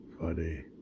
Funny